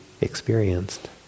experienced